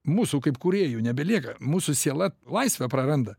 mūsų kaip kūrėjų nebelieka mūsų siela laisvę praranda